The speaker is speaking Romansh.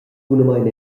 bunamein